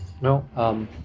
no